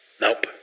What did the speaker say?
Nope